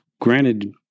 granted